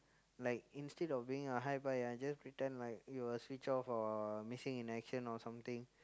like instead of being a hi bye I just pretend like you switch off or missing in action or something